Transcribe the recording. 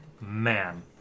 man